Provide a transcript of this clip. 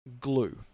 glue